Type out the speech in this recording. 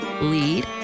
Lead